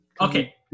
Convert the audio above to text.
okay